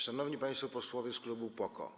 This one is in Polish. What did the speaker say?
Szanowni Państwo Posłowie z klubu PO-KO!